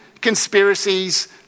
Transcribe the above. conspiracies